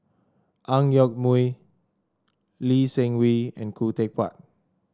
Ang Yoke Mooi Lee Seng Wee and Khoo Teck Puat